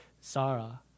Sarah